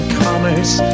commerce